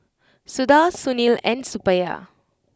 Suda Sunil and Suppiah